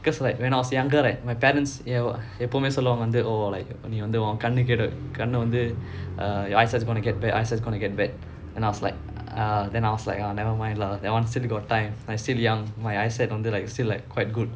because like when I was younger right my parents you know எப்போமே சொல்லுவாங்க நீ வந்து உன் கண்ணு வந்து:eppomae solluvaanga nee vanthu un kannu vanthu uh your eyesight's gonna get bad your eyesight's gonna get bad and then I was like ah then I was like ah never mind lah that [one] still got time I still young my eyesight வந்து:vanthu still like quite good